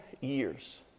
years